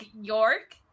York